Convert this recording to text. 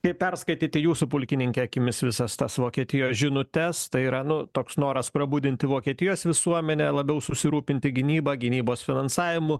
kaip perskaityti jūsų pulkininke akimis visas tas vokietijos žinutes tai yra nu toks noras prabudinti vokietijos visuomenę labiau susirūpinti gynyba gynybos finansavimu